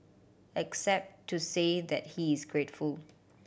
except to say that he is grateful